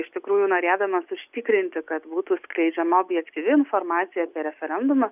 iš tikrųjų norėdamas užtikrinti kad būtų skleidžiama objektyvi informacija apie referendumą